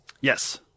Yes